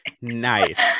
Nice